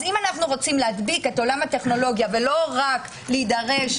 אם אנו רוצים להדביק את עולם הטכנולוגיה ולא רק להידרש,